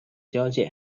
交界